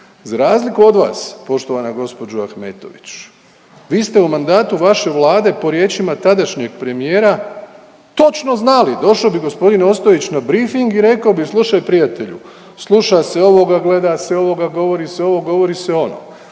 Za razliku od vas poštovana gospođo Ahmetović vi ste u mandatu vaše Vlade po riječima tadašnjeg premijera točno znali, došao bi gospodin Ostojić na brifing i rekao bi slušaj prijatelju. Sluša se ovoga, gleda se ovoga, govori se ovo, govori se ono.